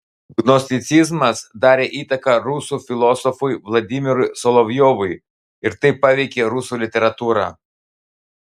gnosticizmas darė įtaką rusų filosofui vladimirui solovjovui ir taip paveikė rusų literatūrą